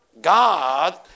God